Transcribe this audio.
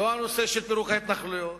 לא הנושא של פירוק ההתנחלויות,